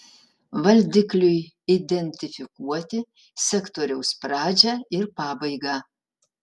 valdikliui identifikuoti sektoriaus pradžią ir pabaigą